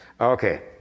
Okay